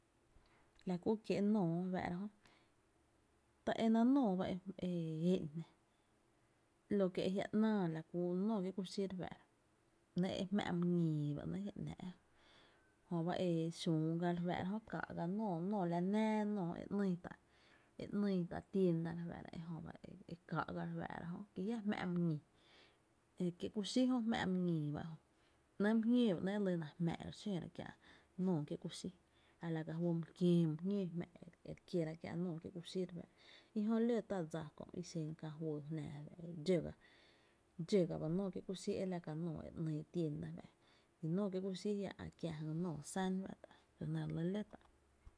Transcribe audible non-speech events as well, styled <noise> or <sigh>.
La kú ekiee’ nóoó re fáá’ra jö, ta énáá’ nóoó ba e e´’n jná, lo que e jia’ ‘náa la kú nóoó kié’ kuxí re fáá’ra nɇɇ’ e jmⱥ’ my ñii ba ‘nɇɇ’ e jia’ ‘nⱥⱥ’ jö ba e xüü ga re fáá’ra jö, káá’ ga nóoó lanⱥⱥ nóoó e ‘nyy tá’ <hesitation> e ‘nyy tá’ tienda re fáá’ra ejö ba e káá’ ga re fáá’ra jö ki jia’ jmⱥ’ my ñii, ekiee ku xí jö jmⱥ’ my ñii ba ejö, ‘nɇɇ’ my jñóo ba ‘nɇɇ’ e lyna jmⱥ e re xóora kiä’ nóoó kiéé’ kuxí a la ka juy my kiöö my jñóo e re kiera kiá’ nóoó kiee’ kuxí re fá’ra, ejö ló tá dsa kö i xen kää juyy jnⱥⱥ e fa’ dxó ga ba nóoó kiéé’ kuxí e la nóoó e dse ´nyy tienda fá’ kí nóoó kié’ kuxí, ajia’ ä’ kiä jy nóoó sán fá’ la nɇ re lɇ ló tá’.